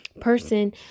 person